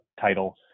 title